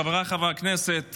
חבריי חברי הכנסת,